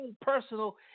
personal